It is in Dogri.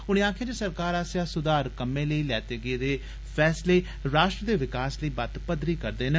उनें आक्खेआ जे सरकार आस्सेआ सुधार कम्में लेई लैते गेदे फैसले राष्ट्र दे विकास लेई बत्त पदरी करदे न